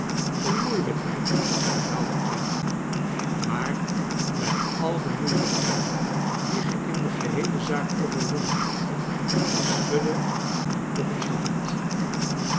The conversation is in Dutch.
een moeilijkheid herhaalde clennam maar bij al de moeilijkheden die ge in de geheele zaak overwonnen hebt hij schudde hem nogeens de hand